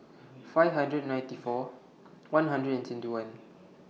five hundred and ninety four one hundred and twenty one